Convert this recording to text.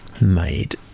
made